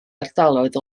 ardaloedd